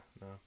no